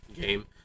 game